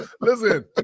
listen